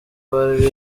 bari